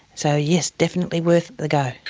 so yes, definitely worth a go.